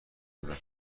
بودن